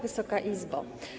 Wysoka Izbo!